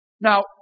Now